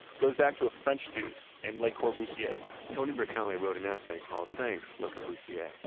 goes back to a french dude named le corbusier tony bracali wrote an essay called thanks, le corbusier,